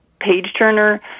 page-turner